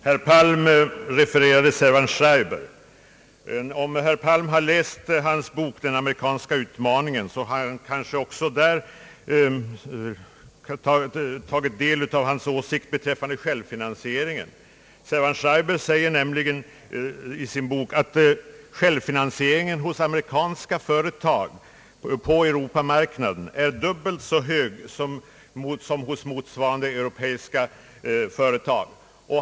Herr talman! Herr Palm refererade Servan-Schreiber. Om herr Palm har läst hans bok Den amerikanska utmaningen bör han där också ha klart för sig Servan-Schreibers åsikt beträffande självfinansieringen. Denne säger nämligen i sin bok att självfinansieringen hos amerikanska företag på europamarknaden är dubbelt så hög som hos motsvarande europeiska företåg.